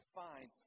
find